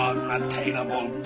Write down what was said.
Unattainable